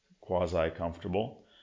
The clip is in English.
quasi-comfortable